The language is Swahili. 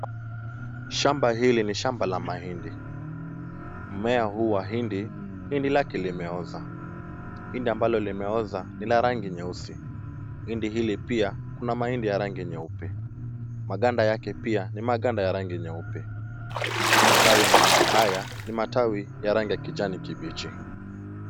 Shamba hili ni shamba la mahindi. Mmea huu wa hindi, hindi lake limeoza. Hindi ambalo limeoza ni la rangi nyeusi. Hindi hili pia kuna mahindi ya rangi nyeupe. Maganda yake pia ni maganda ya rangi nyeupe. Matawi ya mahindi haya ni matawi ya rangi ya kijani kibichi.